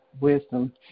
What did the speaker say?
wisdom